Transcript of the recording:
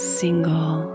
single